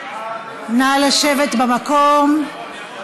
נא לשבת במקום.